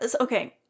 Okay